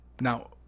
Now